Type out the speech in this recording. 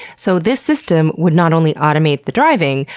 so this system would not only automate the driving,